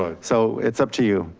ah so it's up to you.